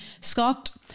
Scott